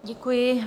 Děkuji.